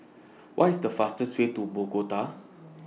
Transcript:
What IS The fastest Way to Bogota